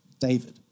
David